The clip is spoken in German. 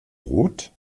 rot